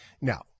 Now